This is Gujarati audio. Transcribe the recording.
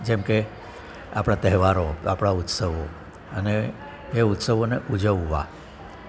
જેમ કે આપણા તહેવારો આપણા ઉત્સવો અને એ ઉત્સવોને ઉજવવા